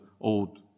old